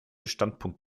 standpunkt